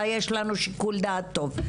ויש לנו שיקול דעת טוב.